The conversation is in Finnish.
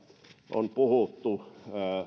on puhuttu